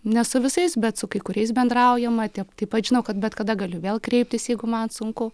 ne su visais bet su kai kuriais bendraujama taip pat žinau kad bet kada galiu vėl kreiptis jeigu man sunku